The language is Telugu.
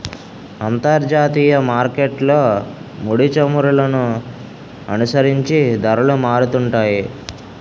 అంతర్జాతీయ మార్కెట్లో ముడిచమురులను అనుసరించి ధరలు మారుతుంటాయి